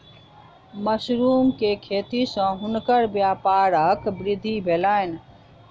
mushroom के खेती सॅ हुनकर व्यापारक वृद्धि भेलैन